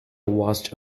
watched